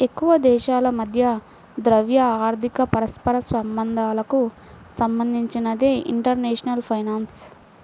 ఎక్కువదేశాల మధ్య ద్రవ్య, ఆర్థిక పరస్పర సంబంధాలకు సంబంధించినదే ఇంటర్నేషనల్ ఫైనాన్స్